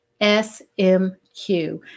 SMQ